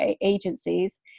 agencies